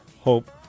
hope